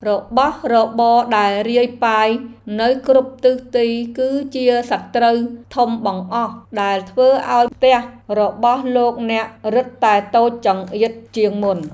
របស់របរដែលរាយប៉ាយនៅគ្រប់ទិសទីគឺជាសត្រូវធំបង្អស់ដែលធ្វើឱ្យផ្ទះរបស់លោកអ្នករឹតតែតូចចង្អៀតជាងមុន។